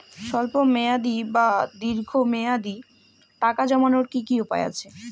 স্বল্প মেয়াদি বা দীর্ঘ মেয়াদি টাকা জমানোর কি কি উপায় আছে?